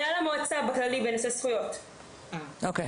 היה למועצה בנושא זכויות באופן כללי.